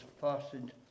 fastened